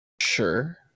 Sure